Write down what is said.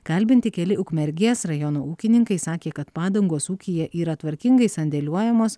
kalbinti keli ukmergės rajono ūkininkai sakė kad padangos ūkyje yra tvarkingai sandėliuojamos